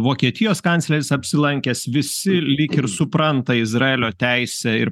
vokietijos kancleris apsilankęs visi lyg ir supranta izraelio teisę ir